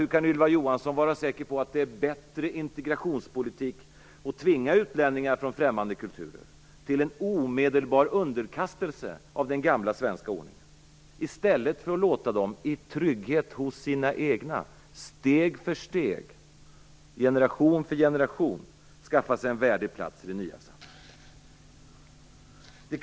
Hur kan Ylva Johansson vara säker på att det är bättre integrationspolitik att tvinga utlänningar från främmande kulturer till en omedelbar underkastelse under den gamla svenska ordningen, i stället för att låta dem i trygghet hos sina egna steg för steg, generation för generation skaffa sig en värdig plats i det nya samhället?